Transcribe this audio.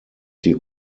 die